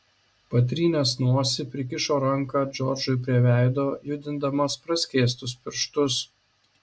patrynęs nosį prikišo ranką džordžui prie veido judindamas praskėstus pirštus